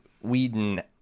Whedon